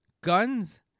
Guns